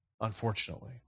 Unfortunately